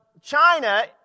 China